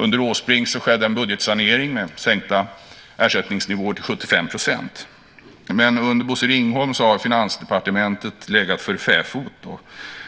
Under Åsbrink skedde en budgetsanering med sänkta ersättningsnivåer till 75 %. Men under Bosse Ringholm har Finansdepartementet legat för fäfot och